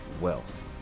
wealth